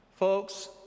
folks